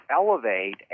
elevate